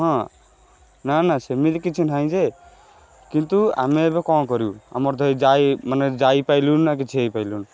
ହଁ ନା ନା ସେମିତି କିଛି ନାହିଁ ଯେ କିନ୍ତୁ ଆମେ ଏବେ କ'ଣ କରିବୁ ଆମର ତ ଏଇ ଯାଇ ମାନେ ଯାଇ ପାରିଲୁନି ନା କିଛି ହେଇପାରିଲୁନି